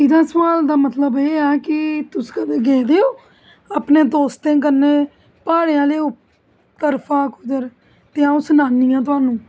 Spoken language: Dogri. एहदे सुआल दा मतलब ऐ है कि तुस कदें गेदे ओ अपने दोस्तें कन्नै प्हाडे़ं आहले तरफा उद्धर ते आंऊ सनान्नी आं थुआनू